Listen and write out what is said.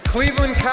Cleveland